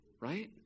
right